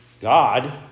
God